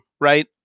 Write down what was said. right